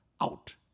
out